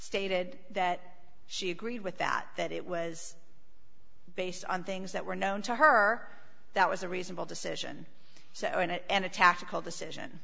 stated that she agreed with that that it was based on things that were known to her that was a reasonable decision so and a tactical decision